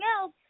else